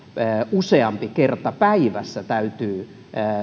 useampi kerta päivässä täytyy